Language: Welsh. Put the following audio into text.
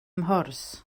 mhwrs